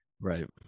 Right